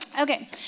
Okay